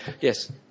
Yes